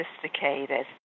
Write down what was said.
sophisticated